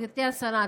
גברתי השרה,